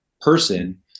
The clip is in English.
person